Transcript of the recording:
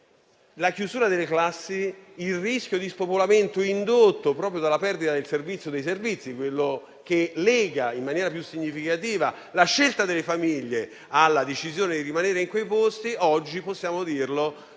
La chiusura delle classi e il rischio di spopolamento, indotto proprio dalla perdita del servizio dei servizi, che lega in maniera più significativa la scelta delle famiglie alla decisione di rimanere in quei posti, oggi possiamo dire